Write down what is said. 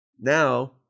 Now –